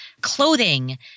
clothing